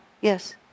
yes